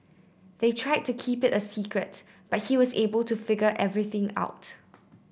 they tried to keep it a secret but he was able to figure everything out